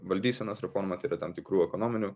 valdysenos reforma tai yra tam tikrų ekonominių